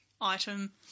item